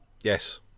Yes